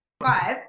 Five